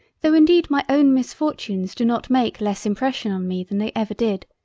tho' indeed my own misfortunes do not make less impression on me than they ever did,